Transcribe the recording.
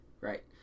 Right